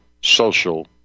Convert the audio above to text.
social